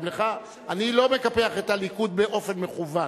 אני לא מקפח את הליכוד באופן מכוון,